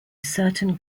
certain